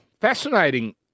Fascinating